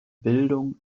bildung